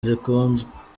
zikunzwe